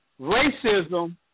racism